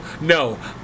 no